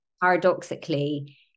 Paradoxically